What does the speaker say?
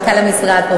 מנכ"ל המשרד,